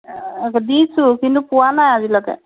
দিছোঁ কিন্তু পোৱা নাই আজিলৈকে